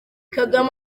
kagame